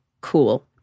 Cool